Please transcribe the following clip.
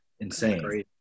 insane